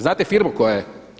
Znate firmu koja je?